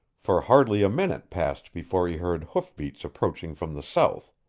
for hardly a minute passed before he heard hoofbeats approaching from the south,